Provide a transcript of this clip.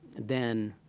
then